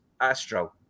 astro